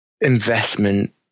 investment